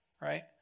right